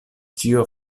ĉio